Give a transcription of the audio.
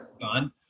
done